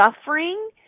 suffering